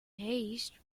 haste